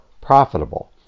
profitable